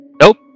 Nope